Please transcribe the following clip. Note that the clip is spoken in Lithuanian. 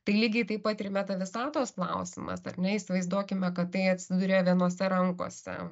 tai lygiai taip pat ir meta visatos klausimas ar ne įsivaizduokime kad tai atsiduria vienose rankose